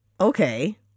okay